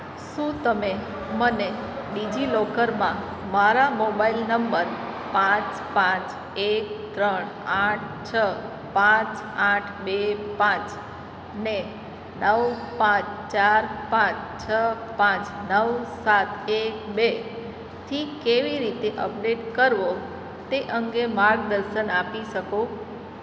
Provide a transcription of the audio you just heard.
શું તમે મને ડીજીલોકરમાં મારા મોબાઈલ નંબર પાંચ પાંચ એક ત્રણ આઠ છ પાંચ આઠ બે પાંચને નવ પાંચ ચાર પાંચ છ પાંચ નવ સાત એક બે થી કેવી રીતે અપડેટ કરવો તે અંગે માર્ગદર્શન આપી શકો